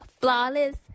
flawless